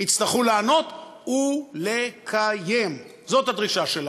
יצטרכו לענות ולקיים, זאת הדרישה שלנו.